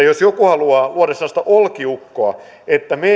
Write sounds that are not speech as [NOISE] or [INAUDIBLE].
[UNINTELLIGIBLE] jos joku haluaa luoda sellaista olkiukkoa että